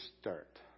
start